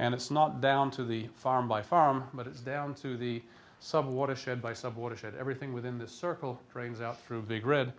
and it's not down to the farm by farm but it's down to the some watershed by subordinate everything within this circle drains out through big red